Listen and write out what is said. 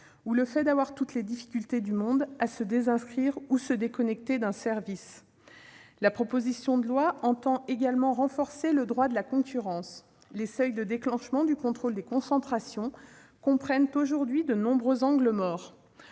ou le fait d'avoir toutes les difficultés du monde à se désinscrire ou se déconnecter d'un service. La proposition de loi tend également à renforcer le droit de la concurrence. Les seuils de déclenchement du contrôle des concentrations comprennent aujourd'hui de nombreux angles morts.